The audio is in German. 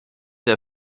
der